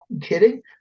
Kidding